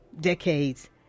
decades